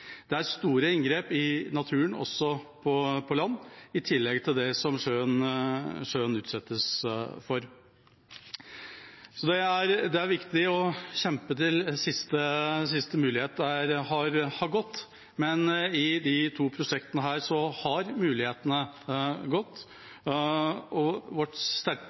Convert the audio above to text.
Det er store inngrep i naturen også på land, i tillegg til det som sjøen utsettes for. Det er viktig å kjempe til siste mulighet har gått, men i disse to prosjektene har mulighetene gått. Vårt